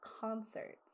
concerts